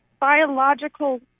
biological